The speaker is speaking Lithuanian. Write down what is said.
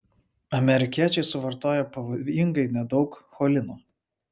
amerikiečiai suvartoja pavojingai nedaug cholino